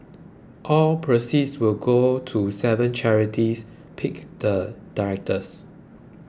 all proceeds will go to seven charities picked the directors